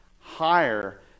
higher